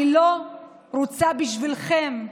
אני לא רוצה, בשבילכם,